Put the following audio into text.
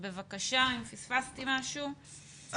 אם פספסתי משהו,